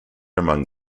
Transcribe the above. among